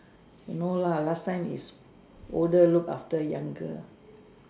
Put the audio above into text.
you know lah last time is older look after younger